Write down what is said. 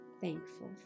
thankful